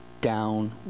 down